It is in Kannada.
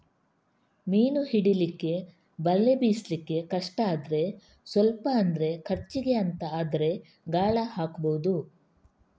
ಮೀನು ಹಿಡೀಲಿಕ್ಕೆ ಬಲೆ ಬೀಸ್ಲಿಕ್ಕೆ ಕಷ್ಟ ಆದ್ರೆ ಸ್ವಲ್ಪ ಅಂದ್ರೆ ಖರ್ಚಿಗೆ ಅಂತ ಆದ್ರೆ ಗಾಳ ಹಾಕ್ಬಹುದು